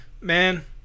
Man